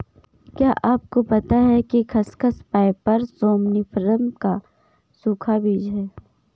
क्या आपको पता है खसखस, पैपर सोमनिफरम का सूखा बीज है?